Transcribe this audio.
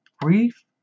brief